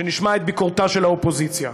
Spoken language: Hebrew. שנשמע את ביקורתה של האופוזיציה.